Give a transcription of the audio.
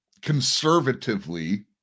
conservatively